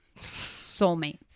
Soulmates